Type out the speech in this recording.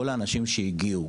כל האנשים שהגיעו,